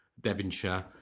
Devonshire